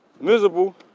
miserable